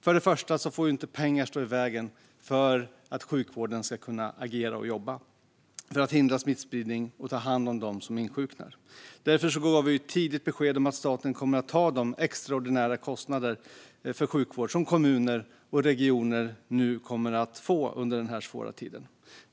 För det första får inte pengar stå i vägen för sjukvårdens arbete med att hindra smittspridning och att ta hand om dem som insjuknar. Därför gav vi tidigt besked om att staten kommer att ta de extraordinära kostnader för sjukvård som kommuner och regioner kommer att få under den här svåra tiden.